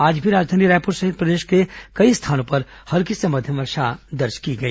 आज भी राजधानी रायपुर सहित प्रदेश के कई स्थानों पर हल्की से मध्यम वर्षा दर्ज की गई